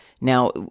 Now